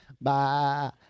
bye